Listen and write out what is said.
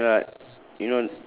is it kinda like